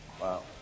Wow